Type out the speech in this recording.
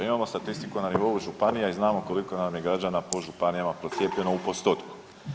Imamo statistiku na nivou županija i znamo koliko nam je građana po županijama procijepljeno u postotku.